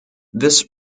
this